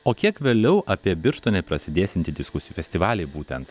o kiek vėliau apie birštone prasidėsiantį diskusijų festivalį būtent